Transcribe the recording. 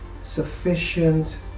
sufficient